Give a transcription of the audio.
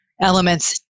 elements